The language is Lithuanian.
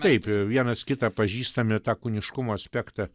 taip vienas kitą pažįstame tą kūniškumo aspektą